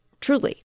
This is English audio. truly